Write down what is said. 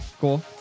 cool